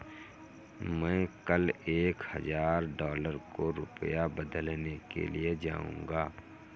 मैं कल एक हजार डॉलर को रुपया में बदलने के लिए जाऊंगा